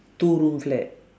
two room flat